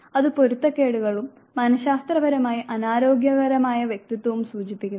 അത് പൊരുത്തക്കേടുകളും മനശാസ്ത്രപരമായി അനാരോഗ്യകരമായ വ്യക്തിത്വവും സൂചിപ്പിക്കുന്നു